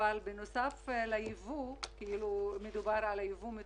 ובנוסף לייבוא מטורקיה,